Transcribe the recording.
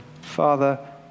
Father